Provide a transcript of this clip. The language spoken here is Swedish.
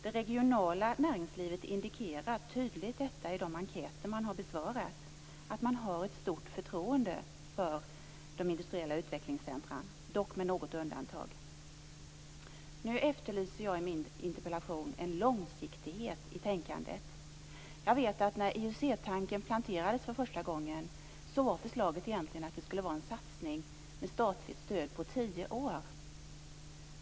Det regionala näringslivet indikerar tydligt detta i de enkäter som har besvarats - man har ett stort förtroende för de industriella utvecklingscentrumen, dock med något undantag. I min interpellation efterlyser jag en långsiktighet i tänkandet. Jag vet att förslaget när IUC-tanken första gången planterades egentligen var att det skulle vara en satsning med statligt stöd på tio år.